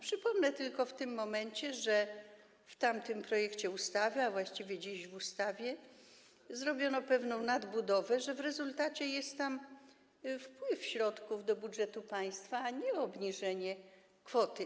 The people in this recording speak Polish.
Przypomnę tylko w tym momencie, że w tamtym projekcie ustawy, a właściwie już dziś w ustawie stworzono pewną nadbudowę, tak że w rezultacie mamy wpływ środków do budżetu państwa, a nie obniżenie tej kwoty.